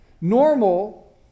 Normal